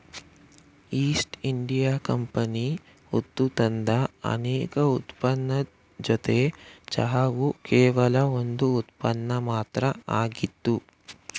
East India company ಹೊತ್ತುತಂದ ಅನೇಕ ಉತ್ಪನ್ನದ್ ಜೊತೆ ಚಹಾವು ಕೇವಲ ಒಂದ್ ಉತ್ಪನ್ನ ಮಾತ್ರ ಆಗಿತ್ತು